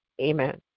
Amen